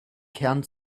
kern